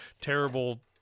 terrible